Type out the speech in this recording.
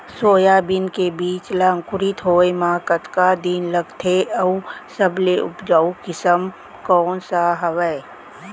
Soybean के बीज ला अंकुरित होय म कतका दिन लगथे, अऊ सबले उपजाऊ किसम कोन सा हवये?